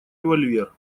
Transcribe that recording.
револьвер